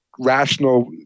rational